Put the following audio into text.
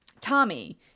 Tommy